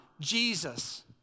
Jesus